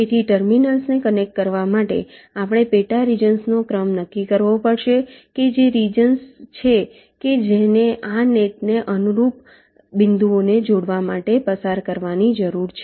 તેથી ટર્મિનલ્સને કનેક્ટ કરવા માટે આપણે પેટા રિજન્સ નો ક્રમ નક્કી કરવો પડશે કે જે રિજન્સ છે કે જેને આ નેટને અનુરૂપ બિંદુઓને જોડવા માટે પસાર કરવાની જરૂર છે